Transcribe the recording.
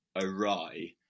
awry